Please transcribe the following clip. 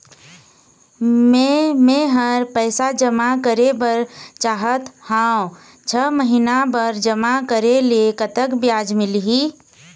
मे मेहर पैसा जमा करें बर चाहत हाव, छह महिना बर जमा करे ले कतक ब्याज मिलही?